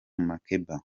makeba